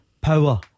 Power